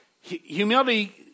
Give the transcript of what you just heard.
Humility